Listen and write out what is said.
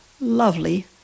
lovely